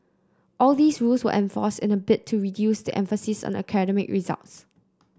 all these rules were enforced in a bid to reduce the emphasis on academic results